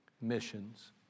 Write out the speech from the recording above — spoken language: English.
Missions